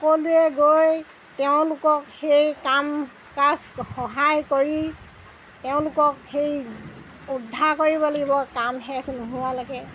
সকলোৱে গৈ তেওঁলোকক সেই কাম কাজত সহায় কৰি তেওঁলোকক সেই উদ্ধাৰ কৰিব লাগিব কাম শেষ নোহোৱালৈকে